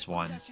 one